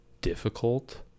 difficult